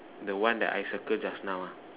the one that I circle just now ah